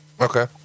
Okay